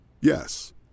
Yes